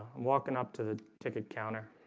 i'm walking up to the ticket counter